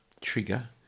trigger